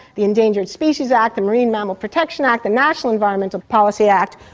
the endangered species act, the marine mammal protection act, the national environmental policy act,